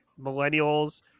millennials